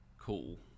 Cool